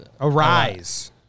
Arise